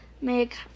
make